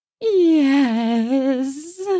Yes